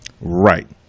Right